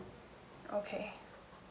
okay